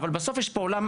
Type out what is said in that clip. אבל בסוף יש פה עולם,